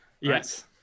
Yes